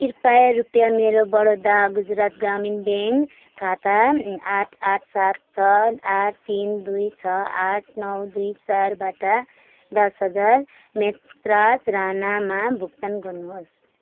कृपया रुपियाँ मेरो बडोदा गुजरात ग्रामीण ब्याङ्क खाता आठ आठ सात छ आठ तिन दुई छ आठ नौ दुई चारबाट दस हजार मैतराज राणामा भुक्तान गर्नुहोस्